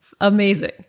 amazing